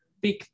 big